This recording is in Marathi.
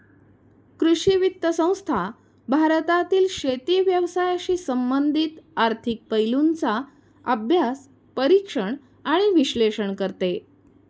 कृषी वित्त संस्था भारतातील शेती व्यवसायाशी संबंधित आर्थिक पैलूंचा अभ्यास, परीक्षण आणि विश्लेषण करते